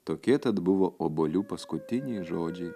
tokie tad buvo obuolių paskutiniai žodžiai